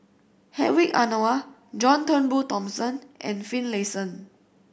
Hedwig Anuar John Turnbull Thomson and Finlayson